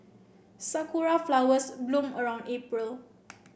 sakura flowers bloom around April